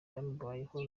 byamubayeho